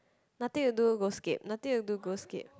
nothing to do go Scape nothing to do go Scape